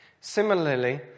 Similarly